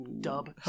dub